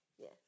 Yes